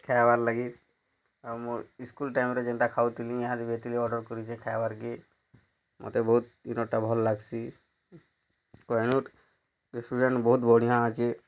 ଖାଇବାର୍ ଲାଗି ଆମର୍ ସ୍କୁଲ୍ ଟାଇମ୍ରେ ଯେନ୍ତା ଖାଉଥିଲୁ ଇହାର ବି ଅର୍ଡ଼ର୍ କରିକି ଖାଇବାର୍ କେ ମୋତେ ବହୁତ ଦିନଟା ଭଲ୍ ଲାଗ୍ସି କୋହିନୁର୍ ରେଷ୍ଟୁରାଣ୍ଟ୍ ବହୁତ ବଢ଼ିଆଁ ଅଛିଁ